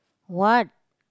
what